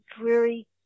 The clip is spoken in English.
dreary